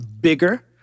bigger